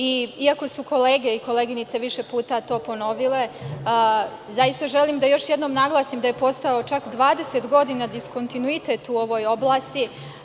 Iako su kolege i koleginice više puta to ponovile, zaista želim da još naglasim da je postojao čak 20 godina diskontinuitet u ovoj oblasti.